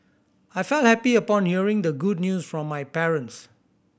I felt happy upon hearing the good news from my parents